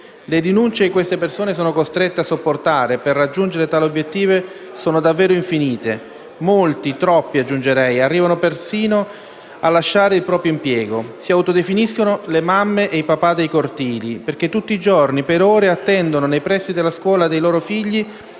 Le rinunce che queste persone sono costrette a sopportare per raggiungere tale obiettivo sono davvero infinite; molti, troppi aggiungerei, arrivano persino a lasciare il proprio impiego. Si autodefiniscono le mamme e i papà dei cortili perché tutti i giorni, per ore, attendono nei pressi della scuola dei figli,